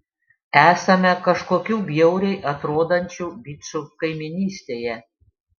esame kažkokių bjauriai atrodančių bičų kaimynystėje